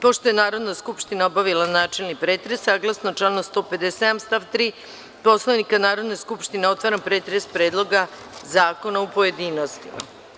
Pošto je Narodna skupština obavila načelni pretres, saglasno članu 157. stav 3. Poslovnika Narodne skupštine otvaram pretres Predloga zakona u pojedinostima.